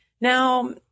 now